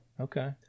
Okay